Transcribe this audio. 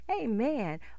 amen